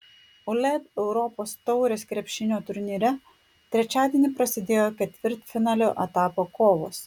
uleb europos taurės krepšinio turnyre trečiadienį prasidėjo ketvirtfinalio etapo kovos